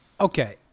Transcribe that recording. okay